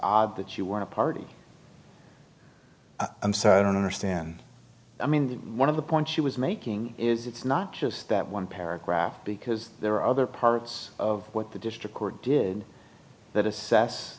odd that you want to party i'm sorry i don't understand i mean one of the points she was making is it's not just that one paragraph because there are other parts of what the district court did that assess